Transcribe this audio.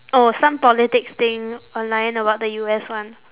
oh some politics thing online about the U_S one